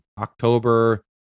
October